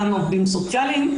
גם עובדים סוציאליים.